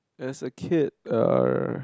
as a kid er